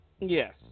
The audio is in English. Yes